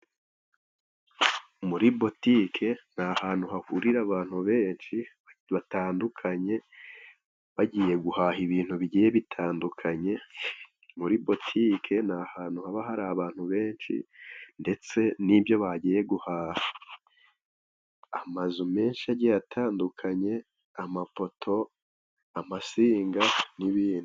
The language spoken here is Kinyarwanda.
Muri butike ni ahantu hahurira abantu benshi batandukanye , bagiye guhaha ibintu bigiye bitandukanye. Muri butike ni ahantutu haba hari abantu benshi ndetse n'ibyo bagiye guhaha amazu menshi agiye atandukanye amapoto amasinga n'ibindi.